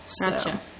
Gotcha